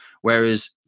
Whereas